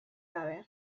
gabe